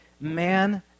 man